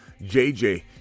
JJ